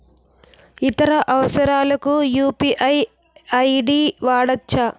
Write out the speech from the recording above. ఇతర అవసరాలకు UPI ID వాడవచ్చా?